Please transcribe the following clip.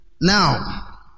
Now